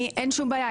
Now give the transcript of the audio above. אין שום בעיה,